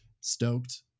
Stoked